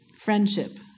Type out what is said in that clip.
Friendship